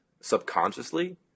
subconsciously